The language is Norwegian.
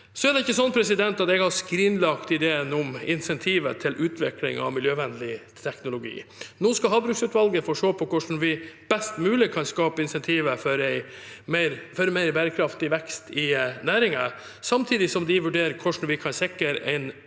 Det er ikke slik at jeg har skrinlagt ideen om insentiver til utvikling av miljøvennlig teknologi. Nå skal havbruksutvalget få se på hvordan vi best mulig kan skape insentiver for mer bærekraftig vekst i næringen, samtidig som de vurderer hvordan vi kan sikre en mer